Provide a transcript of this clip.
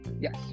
Yes